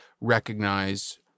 recognize